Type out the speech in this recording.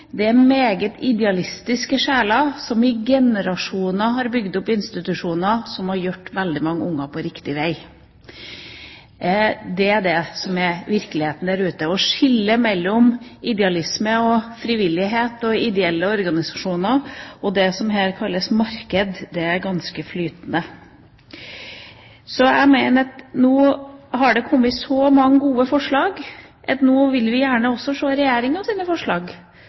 er meget idealistiske sjeler som i generasjoner har bygd opp institusjoner som har hjulpet veldig mange unger på riktig vei. Det er det som er virkeligheten der ute. Skillet mellom idealisme og frivillighet og ideelle organisasjoner og det som her kalles marked, er ganske flytende. Jeg mener at det nå har kommet så mange gode forslag at vi gjerne vil se Regjeringas forslag. Hva syns Regjeringa er gode forslag